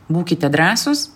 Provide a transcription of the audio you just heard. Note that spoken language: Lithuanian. būkite drąsūs